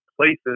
places